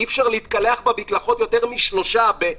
אי אפשר להתקלח במקלחות אם יש יותר משלושה אנשים.